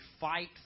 fight